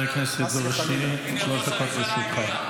חבר הכנסת נאור שירי, שלוש דקות לרשותך.